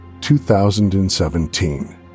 2017